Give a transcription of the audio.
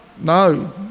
no